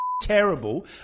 terrible